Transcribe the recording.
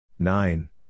Nine